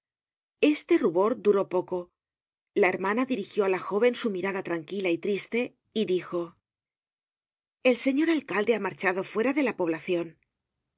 este rubor duró poco la hermana dirigió á la jóven su mirada tranquila y triste y dijo el señor alcalde ha marchado fuera de la poblacion